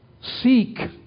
seek